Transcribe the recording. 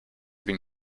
been